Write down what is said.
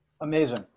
Amazing